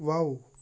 wow